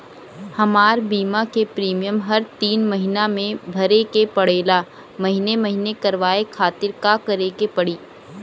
हमार बीमा के प्रीमियम हर तीन महिना में भरे के पड़ेला महीने महीने करवाए खातिर का करे के पड़ी?